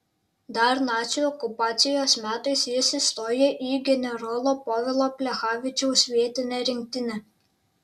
dar nacių okupacijos metais jis įstojo į generolo povilo plechavičiaus vietinę rinktinę